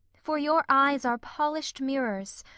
for your eyes are polished mirrors,